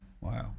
Wow